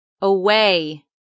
away